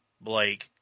Blake –